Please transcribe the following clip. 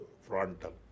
frontal